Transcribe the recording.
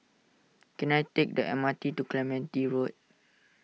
can I take the M R T to Clementi Road